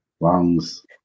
lungs